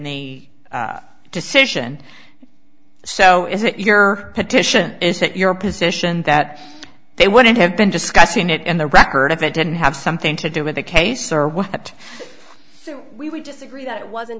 a decision so is it your petition is it your position that they wouldn't have been discussing it and the record if it didn't have something to do with the case or what so we would disagree that it wasn't